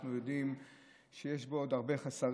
אנחנו יודעים שיש בו עוד הרבה חוסרים,